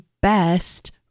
best